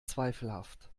zweifelhaft